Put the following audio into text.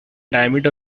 diameter